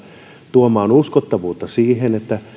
tuomaan uskottavuutta siihen että